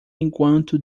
enquanto